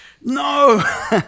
no